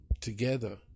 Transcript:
together